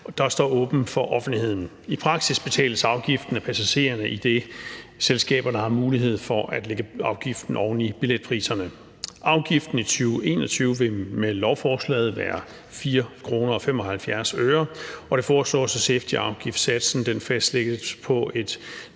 der står åben for offentligheden. I praksis betales afgiften af passagererne, idet selskaberne har mulighed for at lægge afgiften oven i billetpriserne. Afgiften i 2021 vil med lovforslaget være 4 kr. og 75 øre, og det foreslås, at safetyafgiftssatsen fastlægges på et